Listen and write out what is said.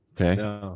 Okay